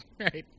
right